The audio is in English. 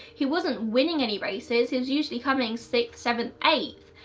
he wasn't winning any races he was usually coming sixth, seventh eighth,